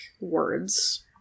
words